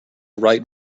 right